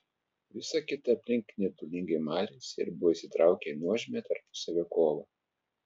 visa kita aplink nirtulingai malėsi ir buvo įsitraukę į nuožmią tarpusavio kovą